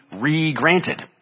re-granted